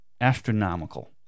astronomical